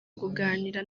kuganira